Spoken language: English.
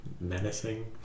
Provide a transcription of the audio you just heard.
Menacing